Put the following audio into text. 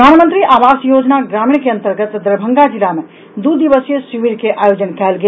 प्रधानमंत्री आवास योजना ग्रामीण के अंतर्गत दरभंगा जिला मे दू दिवसीय शिविर के आयोजन कयल गेल